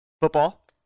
football